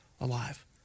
alive